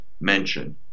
Mention